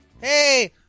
Hey